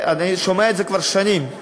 אני שומע את זה כבר שנים.